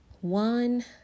one